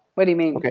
what do you mean e?